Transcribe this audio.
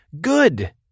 good